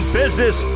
business